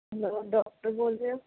hello doctor بول رہے ہو